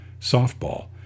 softball